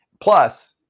Plus